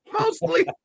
Mostly